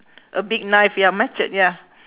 a big knife ya machete ya